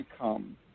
come